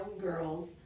girls